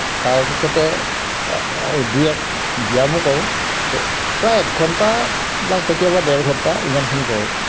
তাৰ পিছতে দুই এক ব্যায়ামো কৰোঁ প্ৰায় এক ঘণ্টা বা কেতিয়াবা ডেৰ ঘণ্টা ইমানখিনি কৰোঁ